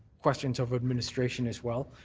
questions of administration as well.